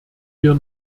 wir